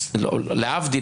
להבדיל,